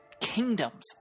kingdoms